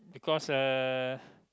because uh